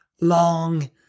long